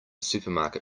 supermarket